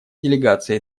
делегация